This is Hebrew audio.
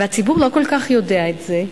והציבור לא כל כך יודע את זה.